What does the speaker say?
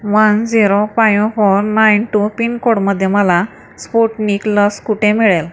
one zero five four nine two पिनकोडमध्ये मला Sputnik लस कुठे मिळेल